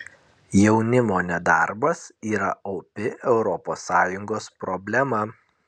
jaunimo nedarbas yra opi europos sąjungos problema